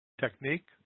technique